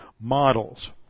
models